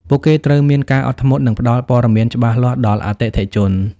ពួកគេត្រូវមានការអត់ធ្មត់ និងផ្តល់ព័ត៌មានច្បាស់លាស់ដល់អតិថិជន។